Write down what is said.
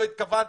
לא התכוונתם,